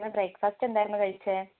ഇന്ന് ബ്രേക്ക്ഫാസ്റ്റ് എന്തായിരുന്നു കഴിച്ചത്